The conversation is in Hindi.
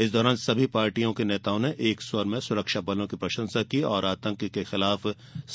इस दौरान सभी पार्टियों के नेताओं ने एक स्वर में सुरक्षा बलों की प्रशंसा की और आतंक के खिलाफ